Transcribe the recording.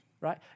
right